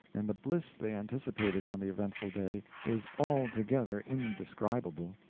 and the bliss they anticipated on the eventful day, is altogether indescribable.